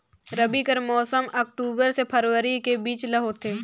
रबी कर मौसम अक्टूबर से फरवरी के बीच ल होथे